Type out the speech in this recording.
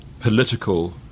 political